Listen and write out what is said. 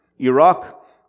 Iraq